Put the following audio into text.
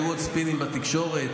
היו עוד ספינים בתקשורת,